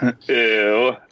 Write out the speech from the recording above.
Ew